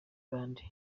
bandi